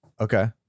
Okay